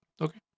Okay